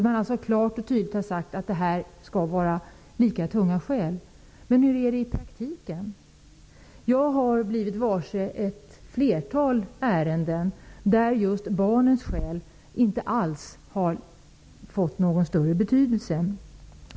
Man har klart och tydligt sagt att barns skäl skall väga lika tungt. Men hur är det i praktiken? Jag har blivit varse ett flertal ärenden där just barnens skäl inte alls har fått någon större betydelse.